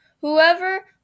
whoever